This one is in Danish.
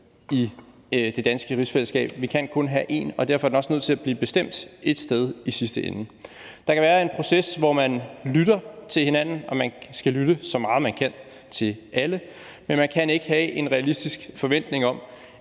i det danske rigsfællesskab, vi kan kun have én, og derfor er den også nødt til at blive bestemt et sted fra i den sidste ende. Der kan være en proces, hvor man lytter til hinanden, og man skal lytte så meget, som man kan, til alle, men man kan ikke have en realistisk forventning om,